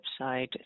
website